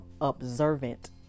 observant